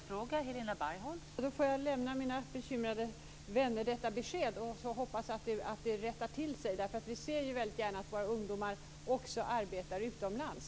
Fru talman! Jag får lämna mina bekymrade vänner detta besked och hoppas att det rättar till sig. Vi ser ju väldigt gärna att våra ungdomar också arbetar utomlands.